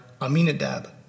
Aminadab